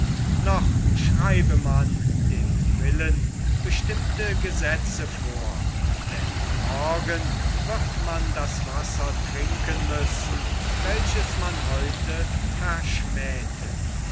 noch schreibe man dem willen bestimmte gesetze vor denn morgen wird man das wasser trinken müssen welches man heute